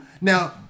Now